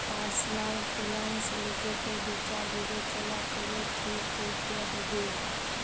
personal finance লিজকে বিচার বিবচলা ক্যরে ঠিক ক্যরতে হুব্যে